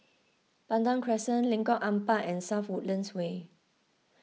Pandan Crescent Lengkong Empat and South Woodlands Way